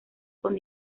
con